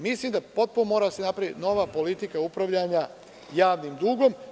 Mislim da potpuno mora da se napravi nova politika upravljanja javnim dugom.